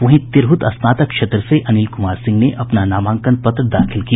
वहीं तिरहुत स्नातक क्षेत्र से अनिल कुमार सिंह ने अपना नामांकन पत्र दाखिल किया